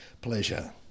pleasure